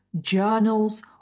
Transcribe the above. journals